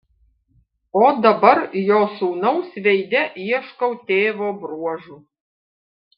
o dabar jo sūnaus veide ieškau tėvo bruožų